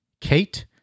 Kate